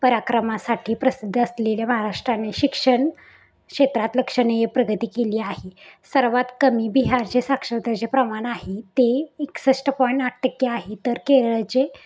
पराक्रमासाठी प्रसिद्ध असलेल्या महाराष्ट्राने शिक्षण क्षेत्रात लक्षणीय प्रगती केली आहे सर्वात कमी बिहारचे साक्षरतेचे प्रमाण आहे ते एकसष्ट पॉईंट आठ टक्के आहे तर केरळचे